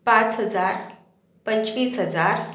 पाच हजार पंचवीस हजार